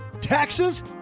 Taxes